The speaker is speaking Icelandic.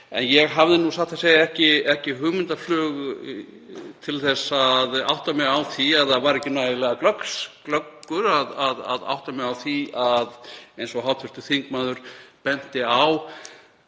En ég hafði nú satt að segja ekki hugmyndaflug til að átta mig á því eða var ekki nægilega glöggur að átta mig á því, eins og hv. þingmaður benti á,